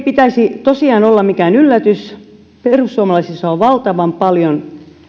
pitäisi olla tosiaan mikään yllätys perussuomalaissa on valtavan paljon